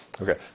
Okay